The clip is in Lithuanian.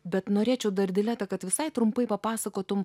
bet norėčiau dar dileta kad visai trumpai papasakotum